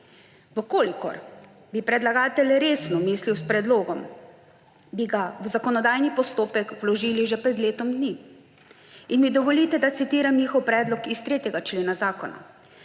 podprli. Če bi predlagatelj resno mislil s predlogom, bi ga v zakonodajni postopek vložil že pred letom dni. Dovolite mi, da citiram njihov predlog iz 3. člena zakona: